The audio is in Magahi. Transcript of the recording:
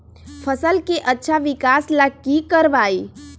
फसल के अच्छा विकास ला की करवाई?